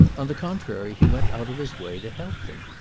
on the contrary he went out of his way to help them,